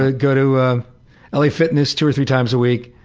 ah go to ah la fitness two or three times a week,